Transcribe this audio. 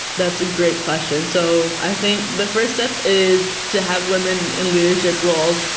that's a great question. so i think the first and is to have women in leadership roles.